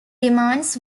demands